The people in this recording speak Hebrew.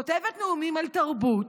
כותבת נאומים על תרבות,